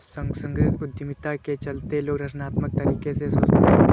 सांस्कृतिक उद्यमिता के चलते लोग रचनात्मक तरीके से सोचते हैं